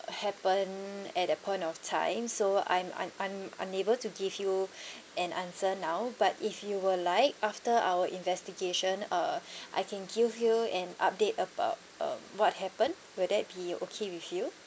happened at that point of time so I'm un~ un~ unable to give you an answer now but if you will like after our investigation uh I can give you an update about uh what happened will that be okay with you